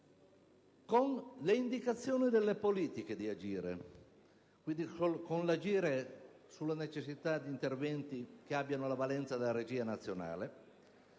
con l'indicazione delle politiche di agire, e quindi della necessità di interventi che abbiano valenza di regia nazionale;